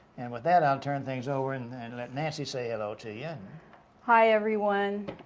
and with that i'll turn things over and and let nancy say hello to yeah hi everyone.